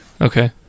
Okay